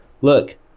Look